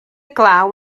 glaw